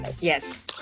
Yes